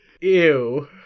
ew